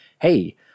hey